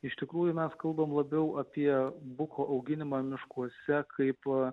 iš tikrųjų mes kalbame labiau apie buko auginimą miškuose kaipo